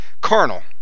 carnal